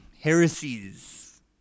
Heresies